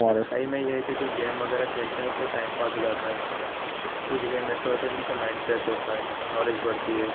اچھائی میں یہ ہے کہ جو گیم وغیرہ کھیلتے ہیں اس سے ٹائم پاس ہو جاتا ہے کچھ گیم ایسے ہوتے ہیں جن سے مائنڈ فریش ہوتا ہے نالج بڑھتی ہے